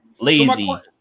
Lazy